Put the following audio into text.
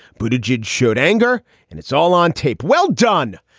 but a jej showed anger and it's all on tape. well done.